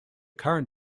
current